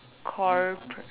cooperate